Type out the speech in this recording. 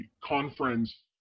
conference